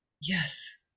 yes